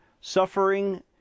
suffering